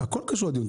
הכול קשור לדיון.